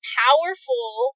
powerful